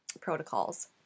protocols